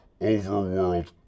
Overworld